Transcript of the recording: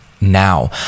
now